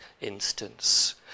instance